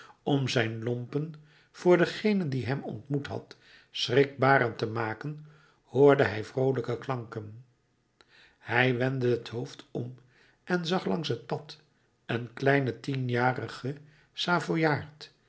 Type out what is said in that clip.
om zijn lompen voor dengene die hem ontmoet had schrikbarend te maken hoorde hij vroolijke klanken hij wendde het hoofd om en zag langs het pad een kleinen tienjarigen